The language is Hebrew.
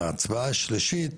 הצבעה השלישית,